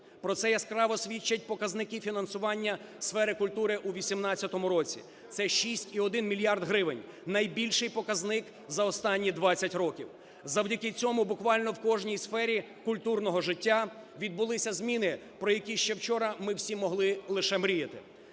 про це яскраво свідчать показники фінансування сфери культури у 18-му році. Це 6,1 мільярд гривень – найбільший показник за останні 20 років. Завдяки цьому буквально в кожній сфері культурного життя відбулися зміни, про які ще вчора ми всі могли лише мріяти.